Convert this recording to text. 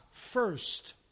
first